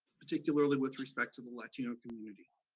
particularly with respect to the latino community.